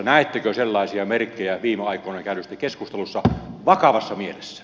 näettekö sellaisia merkkejä viime aikoina käydyssä keskustelussa vakavassa mielessä